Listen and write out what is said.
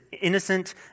innocent